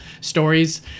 stories